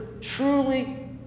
truly